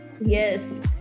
yes